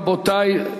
אם כן, רבותי,